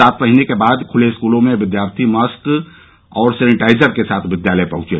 सात महीने के बाद खुले स्कूलों में विद्यार्थी मॉस्क और सेनिटाइजर के साथ विद्यालय पहुंचे